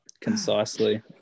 concisely